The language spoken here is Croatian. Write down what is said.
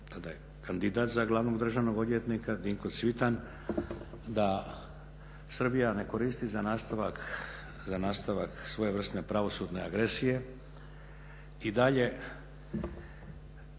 da je kandidat za glavnog državnog odvjetnika Dinko Cvitan, da Srbija ne koristi za nastavak svojevrsne pravosudne agresije i dalje